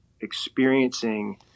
Experiencing